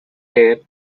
rare